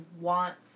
wants